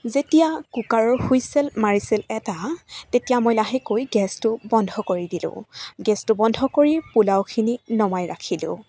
যেতিয়া কুকাৰৰ হুইচেল মাৰিছিল এটা তেতিয়া মই লাহেকৈ গেছটো বন্ধ কৰি দিলোঁ গেছটো বন্ধ কৰি পোলাওখিনি নমাই ৰাখিলোঁ